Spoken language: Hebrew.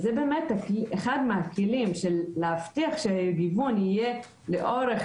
וזה באמת אחד הכלים להבטיח שגיוון יהיה לאורך